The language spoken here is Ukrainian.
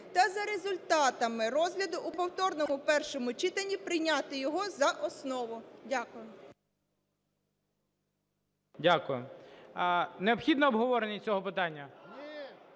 та за результатами розгляду у повторному першому читанні прийняти його за основу. Дякую. ГОЛОВУЮЧИЙ. Дякую. Необхідно обговорення цього питання?